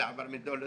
זה עבר מדור לדור,